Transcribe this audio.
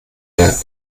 der